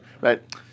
right